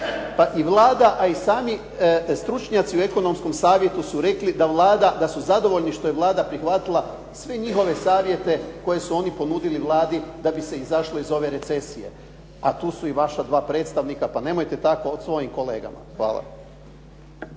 Pa i Vlada i sami stručnjaci u ekonomskom savjetu su rekli da su zadovoljni što je Vlada prihvatila sve njihove savjete koji su oni ponudili Vladi da bi se izašlo iz ove recesije. A tu su i vaša dva predstavnika, pa nemojte tako o svojim kolegama. Hvala.